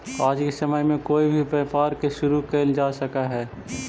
आज के समय में कोई भी व्यापार के शुरू कयल जा सकलई हे